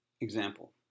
Example